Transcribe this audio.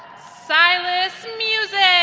silas musick